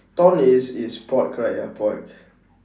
ton is is pork right ya pork